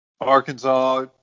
Arkansas